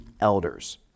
elders